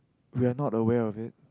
we're not aware of it